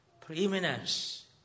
preeminence